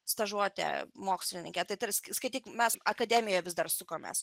stažuotę mokslininkę tai tarsi skaityk mes akademijoj vis dar sukomės